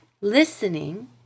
listening